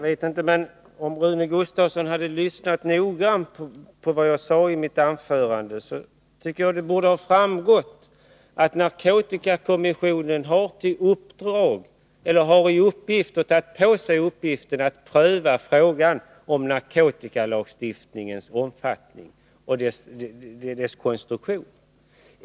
Herr talman! Om Rune Gustavsson hade lyssnat noga till vad jag sade i mitt anförande borde han ha fått klart för sig att narkotikakommissionen har i uppgift att pröva frågan om narkotikalagstiftningens omfattning och konstruktion.